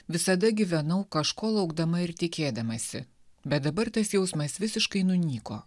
visada gyvenau kažko laukdama ir tikėdamasi bet dabar tas jausmas visiškai nunyko